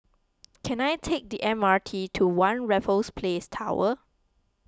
can I take the M R T to one Raffles Place Tower